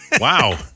Wow